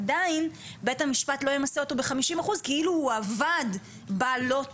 עדיין בית המשפט לא ימסה אותו ב-50% כאילו הוא עבד בלוטו.